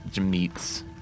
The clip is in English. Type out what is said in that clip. meats